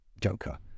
Joker